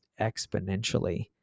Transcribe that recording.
exponentially